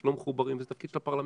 שלא מחוברים וזה תפקיד של הפרלמנט,